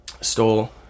stole